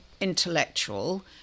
intellectual